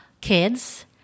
kids